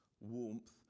warmth